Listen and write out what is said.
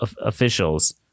officials